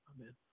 Amen